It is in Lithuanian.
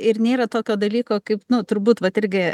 ir nėra tokio dalyko kaip nu turbūt vat irgi